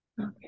Okay